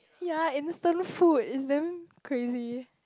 ya instant food is damn crazy